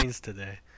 today